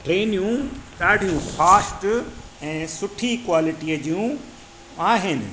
ट्रेनियूं ॾाढियूं फास्ट ऐं सुठी क्वालिटीअ जूं आहिनि